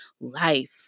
life